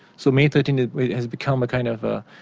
so may thirteen has become a kind of a